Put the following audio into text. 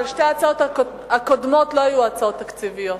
אבל שתי ההצעות הקודמות לא היו הצעות תקציביות.